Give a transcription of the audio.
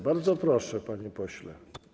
Bardzo proszę, panie pośle.